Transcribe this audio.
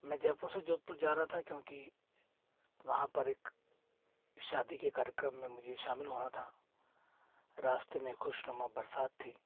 मैं जयपुर से जोधपुर जा रहा था क्योंकि वहाँ पर एक शादी के कार्यक्रम में मुझे शामिल होना था रास्ते में खुशनुमा बरसात थी